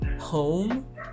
home